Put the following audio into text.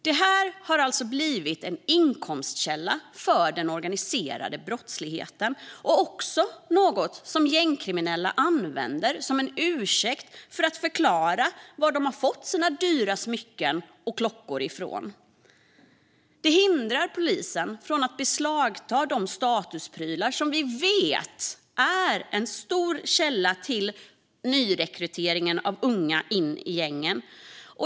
Det här har alltså blivit en inkomstkälla för den organiserade brottsligheten och även något som gängkriminella använder som en ursäkt för att förklara var de fått sina dyra smycken och klockor ifrån. Det hindrar polisen från att beslagta de statusprylar som vi vet är en viktig del i nyrekryteringen av unga in i gängen.